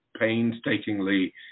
painstakingly